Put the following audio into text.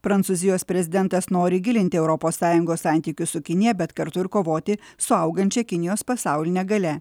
prancūzijos prezidentas nori gilinti europos sąjungos santykius su kinija bet kartu ir kovoti su augančia kinijos pasauline galia